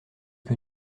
que